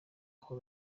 ako